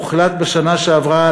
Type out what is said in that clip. הוחלט בשנה שעברה,